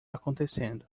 acontecendo